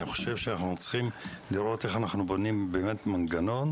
אני חושב שאנחנו צריכים לראות איך אנחנו בונים באמת מנגנון,